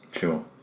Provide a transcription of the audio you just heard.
Sure